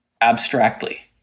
abstractly